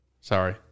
sorry